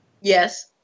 yes